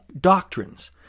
doctrines